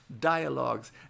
dialogues